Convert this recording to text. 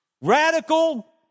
Radical